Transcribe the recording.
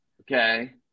Okay